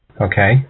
Okay